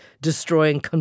destroying